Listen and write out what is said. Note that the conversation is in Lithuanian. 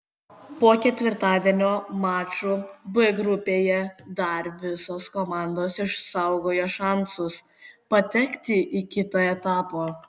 po ketvirtadienio mačų b grupėje dar visos komandos išsaugojo šansus patekti į kitą etapą